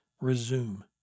resume